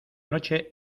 noche